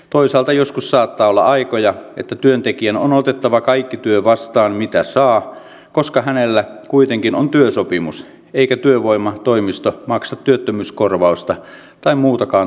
toisaalta joskus saattaa olla aikoja että työntekijän on otettava vastaan kaikki työ mitä saa koska hänellä kuitenkin on työsopimus eikä työvoimatoimisto maksa työttömyyskorvausta tai muutakaan tukea